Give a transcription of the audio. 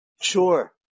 sure